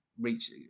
reach